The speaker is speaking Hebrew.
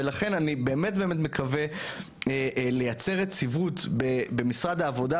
ולכן אני באמת מקווה לייצר יציבות במשרד העבודה,